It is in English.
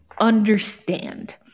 understand